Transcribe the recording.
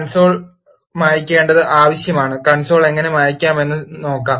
console മായ് ക്കേണ്ടത് ആവശ്യമാണ് കൺസോൾ എങ്ങനെ മായ് ക്കാമെന്ന് നോക്കാം